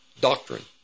doctrine